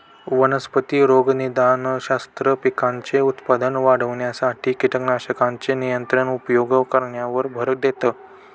वनस्पती रोगनिदानशास्त्र, पिकांचे उत्पादन वाढविण्यासाठी कीटकनाशकांचे नियंत्रित उपयोग करण्यावर भर देतं